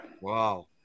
Wow